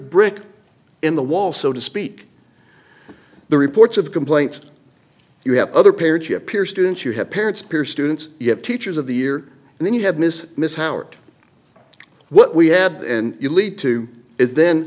brick in the wall so to speak the reports of complaint you have other parents you have peers didn't you have parents peer students you have teachers of the year and then you have miss miss howard what we had and you lead to is then